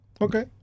Okay